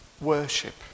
worship